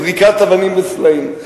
זריקת אבנים וסלעים.